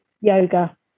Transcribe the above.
yoga